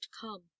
come